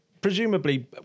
Presumably